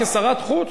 כשרת החוץ,